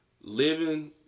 living